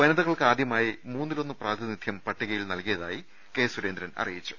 വനിതകൾക്ക് ആദ്യമായി മൂന്നിൽ ഒന്ന് പ്രാതിനിധ്യം പട്ടി കയിൽ നൽകിയതായി കെ സുരേന്ദ്രൻ അറിയിച്ചു